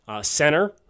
Center